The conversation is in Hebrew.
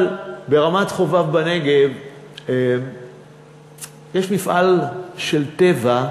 אבל ברמת-חובב בנגב יש מפעל של "טבע"